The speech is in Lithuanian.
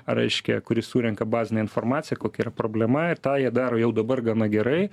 ar reiškia kuris surenka bazinę informaciją kokia yra problema ir tą jie daro jau dabar gana gerai